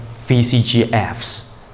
VCGFs